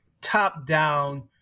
top-down